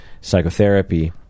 psychotherapy